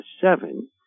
seven